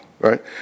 right